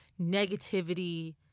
negativity